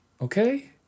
okay